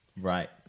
Right